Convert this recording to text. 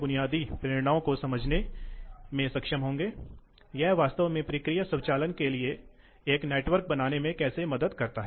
इसलिए वे बहुत ही सामान्य अनुप्रयोग हैं और ऊर्जा के दृष्टिकोण से बहुत महत्वपूर्ण हैं